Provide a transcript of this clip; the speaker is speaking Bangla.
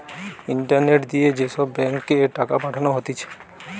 ইন্টারনেট দিয়ে যে সব ব্যাঙ্ক এ টাকা পাঠানো হতিছে